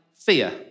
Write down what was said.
Fear